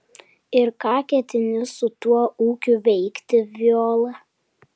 ir ką ketini su tuo ūkiu veikti viola